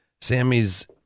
Sammy's-